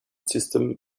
system